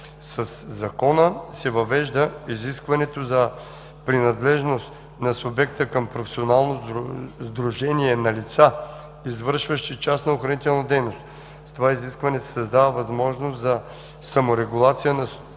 Със Закона се въвежда изискване за принадлежност на субекта към професионално сдружение на лица, извършващи частна охранителна дейност. С това изискване се създава възможност за саморегулация на субектите